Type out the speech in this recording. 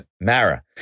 Mara